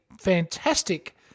fantastic